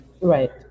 Right